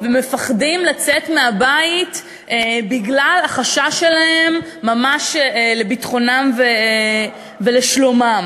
ומפחדים לצאת מהבית בגלל החשש שלהם ממש לביטחונם ולשלומם,